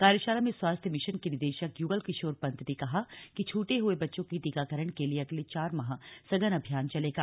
कार्यशाला में स्वास्थ्य मिशन के निदेशक युगल किशोर पंत ने कहा कि छूटे हुए बच्चों के टीकारण के लिए अगले चार माह सघन अभियान चलेगा